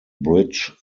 bridge